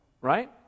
Right